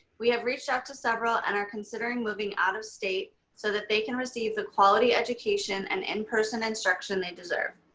we have reached out to several and are considering moving out of state so that they can receive the quality education and in-person instruction they deserve.